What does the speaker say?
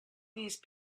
these